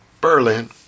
Berlin